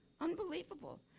Unbelievable